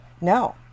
No